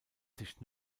sich